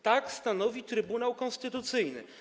Tak stanowi Trybunał Konstytucyjny.